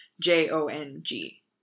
J-O-N-G